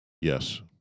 Yes